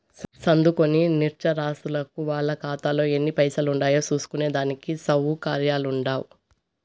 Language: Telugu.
సదుంకోని నిరచ్చరాసులకు వాళ్ళ కాతాలో ఎన్ని పైసలుండాయో సూస్కునే దానికి సవుకర్యాలుండవ్